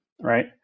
Right